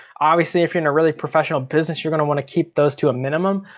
obviously if you're in a really professional business you're gonna want to keep those to a minimum.